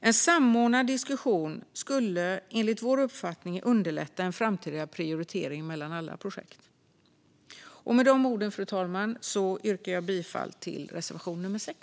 En samordnad diskussion skulle enligt vår uppfattning underlätta en framtida prioritering mellan alla projekt. Med de orden, fru talman, yrkar jag bifall till vår reservation nummer 6.